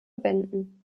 wenden